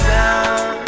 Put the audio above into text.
down